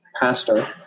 pastor